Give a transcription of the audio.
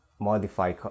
modify